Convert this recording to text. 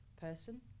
person